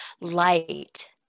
light